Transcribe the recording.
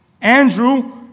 Andrew